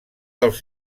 dels